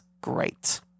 great